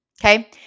Okay